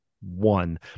one